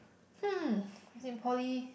hmm as in poly